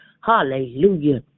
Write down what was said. Hallelujah